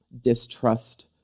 distrust